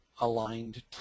aligned